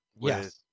yes